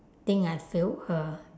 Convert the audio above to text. think I failed her